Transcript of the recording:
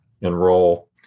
enroll